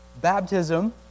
Baptism